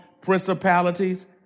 principalities